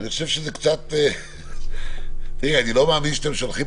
אני חושב שזה קצת אני לא מאמין שאתם שולחים